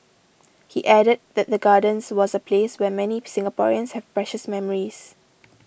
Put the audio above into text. he added that the Gardens was a place where many Singaporeans have precious memories